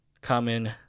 common